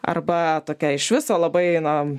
arba tokia iš viso labai na